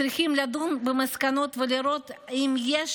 צריכים לדון במסקנות ולראות אם יש